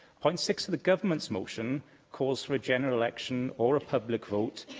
point six of the government's motion calls for a general election or a public vote,